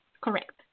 correct